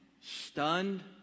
Stunned